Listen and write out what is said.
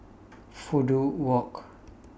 Fudu Walk